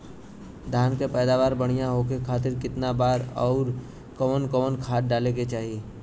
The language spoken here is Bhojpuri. धान के पैदावार बढ़िया होखे खाती कितना बार अउर कवन कवन खाद डाले के चाही?